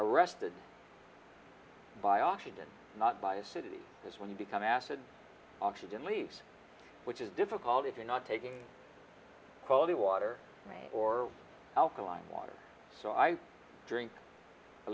arrested by oxygen not by acidity as when they become acid oxygen leaks which is difficult if you're not taking quality water or alkaline water so i drink a